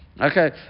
okay